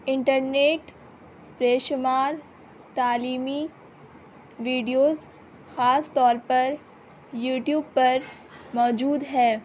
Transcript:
internet بے شمار تعلیمی ویڈیوز خاص طور پر یوٹیوب پر موجود ہے